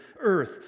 earth